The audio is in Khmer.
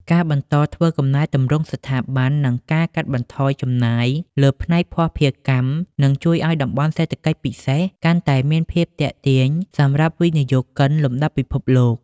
ការបន្តធ្វើកំណែទម្រង់ស្ថាប័ន និងការកាត់បន្ថយចំណាយលើផ្នែកភស្តុភារកម្ម នឹងជួយឱ្យ តំបន់សេដ្ឋកិច្ចពិសេស កាន់តែមានភាពទាក់ទាញសម្រាប់វិនិយោគិនលំដាប់ពិភពលោក។